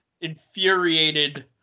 infuriated